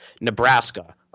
nebraska